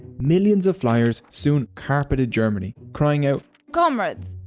millions of flyers soon carpeted germany. crying out comrades!